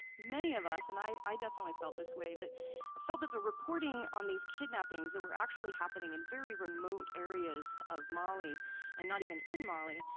many of us, and i definitely felt this way, felt that the reporting on these kidnappings that were actually happening in very remote areas of mali and not even in mali,